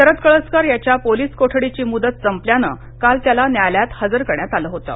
शरद कळसकर याच्या पोलीस कोठडीची मुदत संपल्यानं काल त्याला न्यायालयात हजर करण्यात आलं होतं